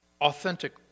authentic